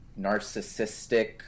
narcissistic